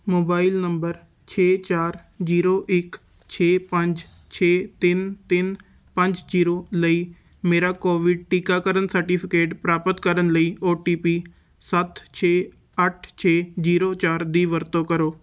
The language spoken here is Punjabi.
ਮੋਬਾਈਲ ਨੰਬਰ ਛੇ ਚਾਰ ਜ਼ੀਰੋ ਇੱਕ ਛੇ ਪੰਜ ਛੇ ਤਿੰਨ ਤਿੰਨ ਪੰਜ ਜ਼ੀਰੋ ਲਈ ਮੇਰਾ ਕੋਵਿਡ ਟੀਕਾਕਰਨ ਸਰਟੀਫਿਕੇਟ ਪ੍ਰਾਪਤ ਕਰਨ ਲਈ ਓ ਟੀ ਪੀ ਸੱਤ ਛੇ ਅੱਠ ਛੇ ਜ਼ੀਰੋ ਚਾਰ ਦੀ ਵਰਤੋਂ ਕਰੋ